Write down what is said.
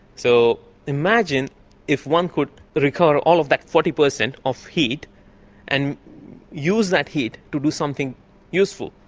so imagine if one could recover all of that forty percent of heat and use that heat to do something useful,